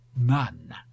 none